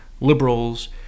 liberals